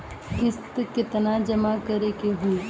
किस्त केतना जमा करे के होई?